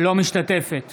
אינה משתתפת